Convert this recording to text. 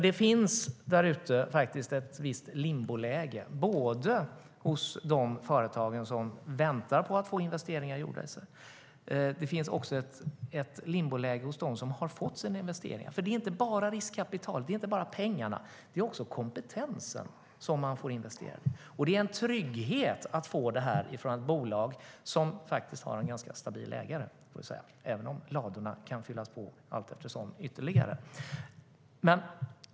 Det finns därute ett visst limboläge både hos de företag som väntar på att få investeringar gjorda i Sverige och hos dem som har fått sina investeringar, för det är inte bara riskkapitalet, pengarna, utan det är också kompetensen som man får investera i. Det är en trygghet att få en investering från ett bolag som har en ganska stabil ägare, även om ladorna kan fyllas på ytterligare allteftersom.